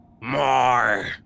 more